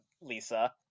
Lisa